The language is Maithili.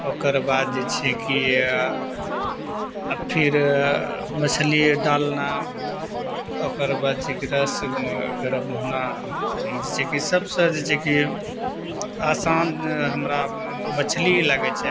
ओकरबाद जे छै कि आओर फिर मछली डालना ओकरबाद छै कि रस गरम होना जैसे सब से जे छै कि आसान हमरा मछली ही लगय छै